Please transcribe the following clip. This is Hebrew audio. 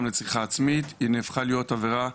לצריכה עצמית הפכה להיות עבירה מנהלית.